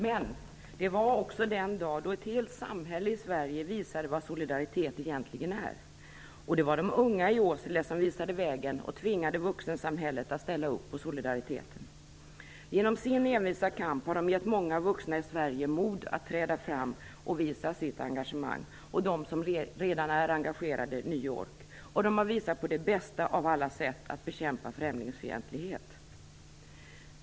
Men det var också den dag då ett helt samhälle i Sverige visade vad solidaritet egentligen är. Och det var de unga i Åsele som visade vägen och tvingade vuxensamhället att ställa upp för solidariteten. Genom sin envisa kamp har de gett många vuxna i Sverige mod att träda fram och visa sitt engagemang. De har gett de redan engagerade ny ork, och de har visat på det bästa av alla sätt att bekämpa främlingsfientlighet.